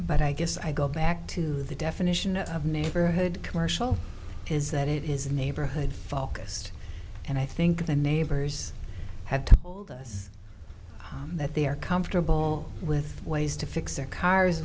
but i guess i go back to the definition of neighborhood commercial is that it is neighborhood focused and i think the neighbors had told us that they are comfortable with ways to fix their cars